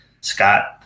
Scott